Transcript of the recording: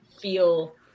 feel